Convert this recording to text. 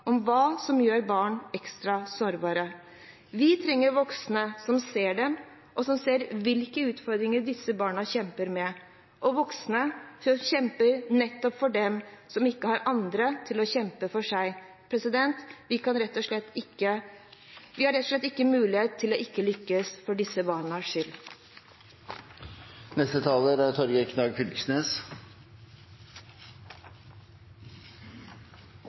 om hva som gjør barn ekstra sårbare. Vi trenger voksne som ser dem, og som ser hvilke utfordringer disse barna kjemper med, og voksne som kjemper nettopp for dem som ikke har andre til å kjempe for seg. Vi har rett og slett ikke mulighet til ikke å lykkes, for disse barnas skyld. Alle snakkar om havet. Det er